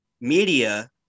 media